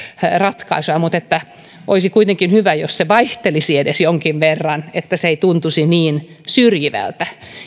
ratkaisua mutta olisi kuitenkin hyvä jos se vaihtelisi edes jonkin verran että se ei tuntuisi niin syrjivältä